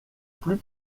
plus